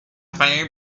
few